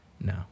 No